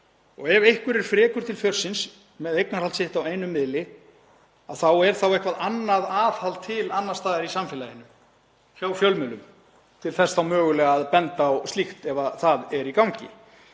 og ef einhver er frekur til fjörsins með eignarhald sitt á einum miðli, að þá er eitthvert annað aðhald til annars staðar í samfélaginu hjá fjölmiðlum til þess mögulega að benda á slíkt ef það er í gangi.